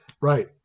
Right